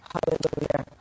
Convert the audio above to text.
Hallelujah